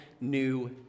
new